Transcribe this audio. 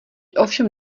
ovšem